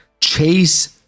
Chase